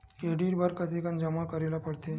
Credit बर कतेकन जमा करे ल पड़थे?